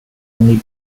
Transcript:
only